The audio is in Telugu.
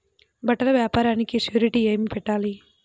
బట్టల వ్యాపారానికి షూరిటీ ఏమి పెట్టాలి?